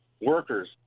workers